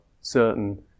certain